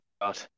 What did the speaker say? god